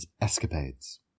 escapades